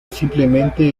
simplemente